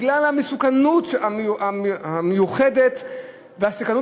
בגלל המסוכנות המיוחדת בתופעה והמסוכנות